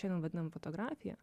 šiandien vadinam fotografija